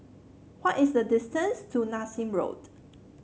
what is the distance to Nassim Road